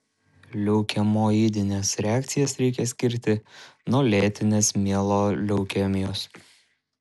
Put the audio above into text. leukemoidines reakcijas reikia skirti nuo lėtinės mieloleukemijos